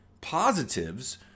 positives